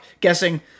guessing